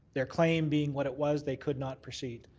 their claim being what it was, they could not proceed.